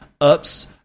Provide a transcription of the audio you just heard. ups